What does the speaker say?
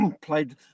played